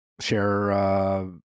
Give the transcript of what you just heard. share